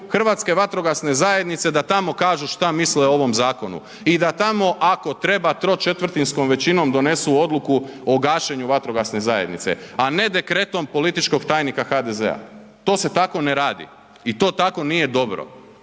Hrvatske vatrogasne zajednice da tamo kažu šta misle o ovom zakonu i da tamo ako treba tročetvrtinskom većinom donesu odluku o gašenju vatrogasne zajednice, a ne Dekretom političkog tajnika HDZ-a, to se tako ne radi i to tako nije dobro